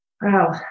Wow